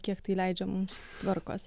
kiek tai leidžia mums tvarkos